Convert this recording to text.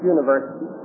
University